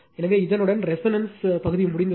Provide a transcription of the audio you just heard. எனவே இதனுடன் ரெசோனன்ஸ் பகுதி முடிந்தது